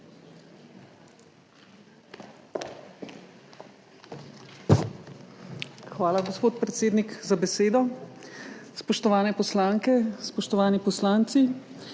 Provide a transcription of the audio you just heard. Hvala, gospod predsednik, za besedo. Spoštovane poslanke, spoštovani poslanci!